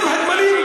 גם הגמלים.